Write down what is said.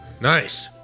Nice